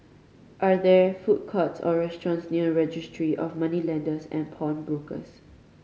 are there food courts or restaurants near Registry of Moneylenders and Pawnbrokers